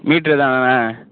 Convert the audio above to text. metre தானாண்ண